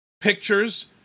pictures